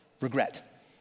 regret